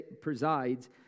presides